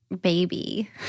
baby